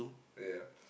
uh ya